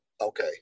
okay